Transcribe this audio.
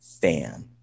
fan